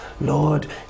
Lord